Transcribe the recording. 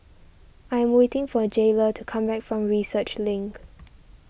I am waiting for Jaylah to come back from Research Link